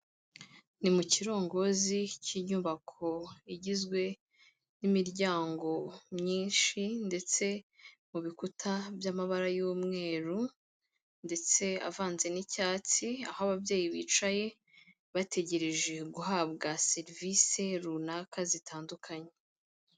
Ni mu kirongozi cy'inyubako igizwe n'imiryango myinshi ndetse mu bikuta by'amabara y'umweru ndetse avanze n'icyatsi aho ababyeyi bicaye, bategereje guhabwa serivise runaka zitandukanye.